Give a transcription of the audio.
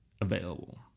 available